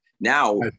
now